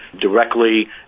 directly